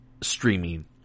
streaming